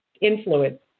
influence